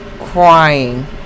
crying